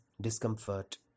discomfort